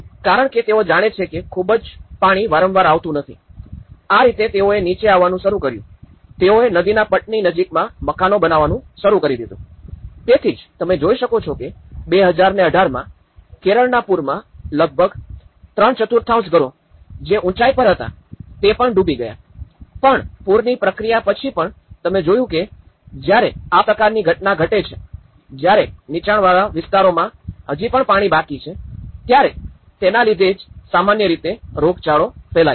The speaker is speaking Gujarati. કારણ કે તેઓ જાણે છે કે ખૂબ જ પાણી વારંવાર આવતું નથી આ રીતે તેઓએ નીચે આવવાનું શરૂ કર્યું અને તેઓએ નદીના પટની નજીકમાં મકાનો બનાવવાનું શરૂ કરી દીધું તેથી જ તમે જોઈ શકો છો કે ૨૦૧૮માં કેરળના પૂરમાં લગભગ ૩૪ ઘરો જે ઉંચાઈ પર હતા તે પણ ડૂબી ગયા પણ પૂરની પ્રક્રિયા પછી પણ તમે જોયું કે જ્યારે આ પ્રકારની ઘટના ઘટે છે જયારે નીચાણવાળા વિસ્તારોમાં હજી પણ પાણી બાકી છે ત્યારે તેના લીધે જ સામાન્ય રીતે રોગચાળો ફેલાય છે